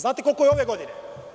Znate li koliko je ove godine?